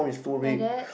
like that